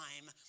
time